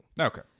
Okay